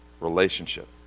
relationship